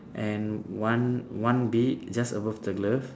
and one one big just above the glove